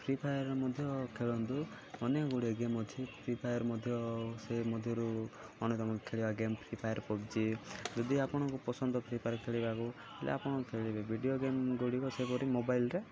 free Fire ମଧ୍ୟ ଖେଳନ୍ତୁ ଅନେକ ଗୁଡ଼ିଏ ଗେମ୍ ଅଛି ଫ୍ରି ଫାୟାର ମଧ୍ୟ ସେ ମଧ୍ୟରୁ ଅନ୍ୟତମ ଖେଳିବା ଗେମ୍ ଫ୍ରି ଫାୟାର ପବ୍ଜି ଯଦି ଆପଣଙ୍କୁ ପସନ୍ଦ ଫ୍ରି ଫାୟାର ଖେଳିବାକୁ ହେଲେ ଆପଣ ଖେଳିବେ ଭିଡ଼ିଓ ଗେମ୍ ଗୁଡ଼ିକ ସେହିପରି ମୋବାଇଲରେ